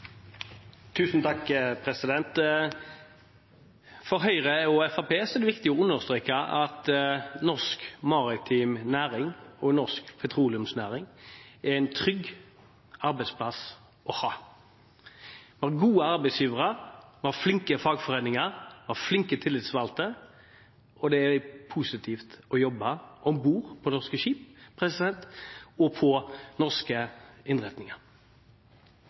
det viktig å understreke at norsk maritim næring og norsk petroleumsnæring er trygge arbeidsplasser. Vi har gode arbeidsgivere, vi har flinke fagforeninger, vi har flinke tillitsvalgte, og det er positivt å jobbe om bord på norske skip og på norske innretninger.